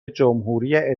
جمهوری